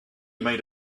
made